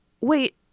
wait